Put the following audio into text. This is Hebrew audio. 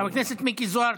חבר הכנסת מיקי זוהר,